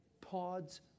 pods